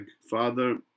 Father